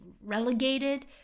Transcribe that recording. relegated